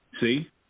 See